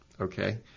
okay